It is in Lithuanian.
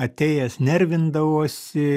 atėjęs nervindavosi